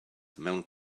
mewn